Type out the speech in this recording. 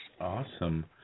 Awesome